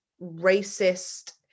racist